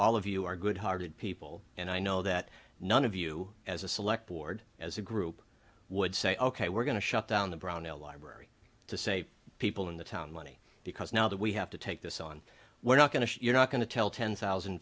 all of you are good hearted people and i know that none of you as a select board as a group would say ok we're going to shut down the brownell library to say people in the town money because now that we have to take this on we're not going to you're not going to tell ten thousand